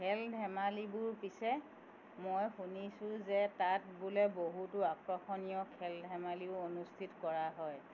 খেল ধেমালীবোৰ পিছে মই শুনিছো যে তাত বোলে বহুতো আকৰ্ষণীয় খেল ধেমালীও অনুষ্ঠিত কৰা হয়